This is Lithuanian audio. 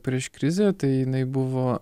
prieš krizę tai jinai buvo